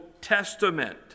Testament